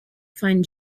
find